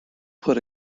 put